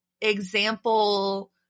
example